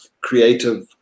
creative